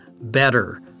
better